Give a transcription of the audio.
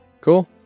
cool